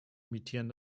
imitieren